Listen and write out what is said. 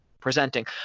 presenting